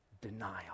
denial